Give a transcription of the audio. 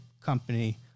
company